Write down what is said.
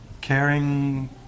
caring